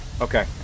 Okay